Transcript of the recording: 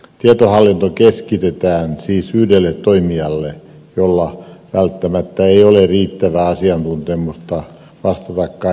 tietohallinto keskitetään siis yhdelle toimijalle jolla ei ole välttämättä riittävää asiantuntemusta vastata kaikesta